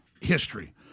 history